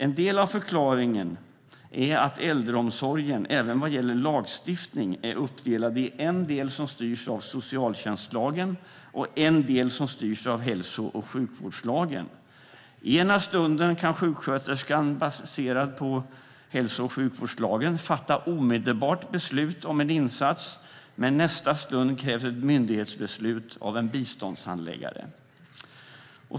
En del av förklaringen är att äldreomsorgen även vad gäller lagstiftning är uppdelad i en del som styrs av socialtjänstlagen och en del som styrs av hälso och sjukvårdslagen. Ena stunden kan sjuksköterskan baserat på hälso och sjukvårdslagen fatta ett omedelbart beslut om en insats, men i nästa stund krävs ett myndighetsbeslut av en biståndshandläggare.